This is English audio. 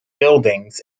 buildings